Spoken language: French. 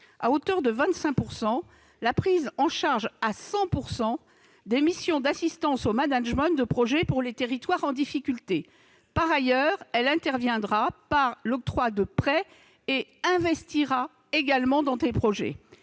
à hauteur de 25 % et prendra en charge à 100 % les missions d'assistance au management de projet pour les territoires en difficulté. Par ailleurs, elle interviendra au travers de l'octroi de prêts et investira dans certains projets.